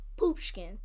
Poopskin